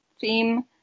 theme